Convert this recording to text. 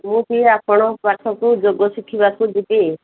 ମୁଁ ବି ଆପଣଙ୍କ ପାଖକୁ ଯୋଗ ଶିଖିବାକୁ ଯିବି